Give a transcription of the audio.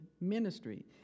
ministry